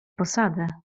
posadę